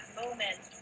moment